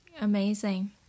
Amazing